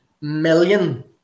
million